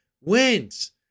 wins